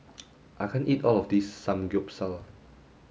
I can't eat all of this Samgyeopsal